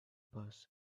bus